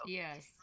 yes